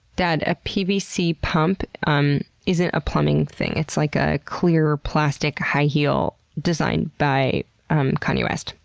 dad, a pvc pump um isn't a plumbing thing. it's like a clear plastic high heel designed by kanye west.